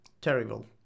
terrible